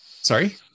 Sorry